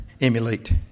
emulate